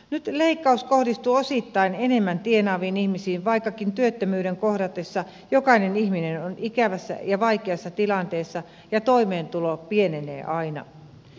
nyt leikkaus kohdistuu osittain enemmän tienaaviin ihmisiin vaikkakin työttömyyden kohdatessa jokainen ihminen on ikävässä ja vaikeassa tilanteessa ja toimeentulo pienenee aina